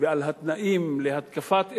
ועל התנאים להתקפת אירן,